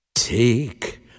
Take